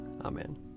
Amen